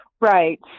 Right